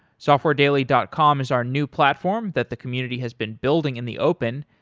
softwaredaily dot com is our new platform that the community has been building in the open.